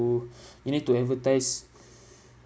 you need to advertise